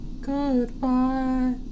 Goodbye